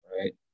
right